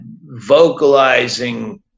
vocalizing